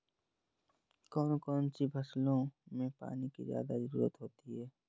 कौन कौन सी फसलों में पानी की ज्यादा ज़रुरत होती है?